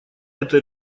это